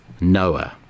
Noah